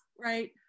right